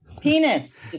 Penis